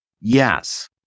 Yes